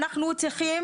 אנחנו צריכים,